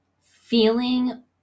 feeling